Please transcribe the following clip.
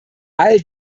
all